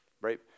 right